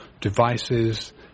devices